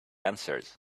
answers